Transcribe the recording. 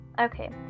Okay